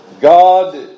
God